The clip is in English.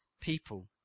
people